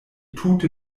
tute